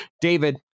David